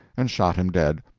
and shot him dead.